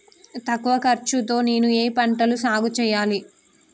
తక్కువ ఖర్చు తో నేను ఏ ఏ పంటలు సాగుచేయాలి?